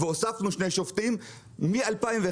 והוספנו שני שופטים מ-2011,